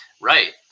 Right